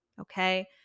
Okay